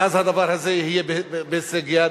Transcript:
ואז הדבר הזה יהיה בהישג יד,